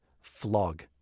flog